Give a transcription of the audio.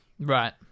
Right